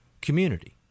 community